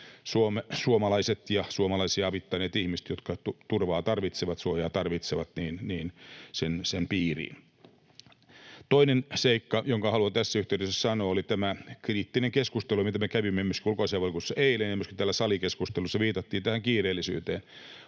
suomalaiset ja suomalaisia avittaneet ihmiset, jotka turvaa tarvitsevat, suojaa tarvitsevat, sen piiriin. Toinen seikka, jonka haluan tässä yhteydessä sanoa, on tämä kriittinen keskustelu, mitä me kävimme myöskin ulkoasiainvaliokunnassa eilen, ja myöskin täällä salikeskustelussa viitattiin tähän kiireellisyyteen: